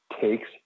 takes